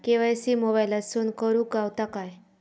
KYC मोबाईलातसून करुक गावता काय?